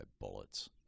bullets